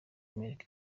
amerika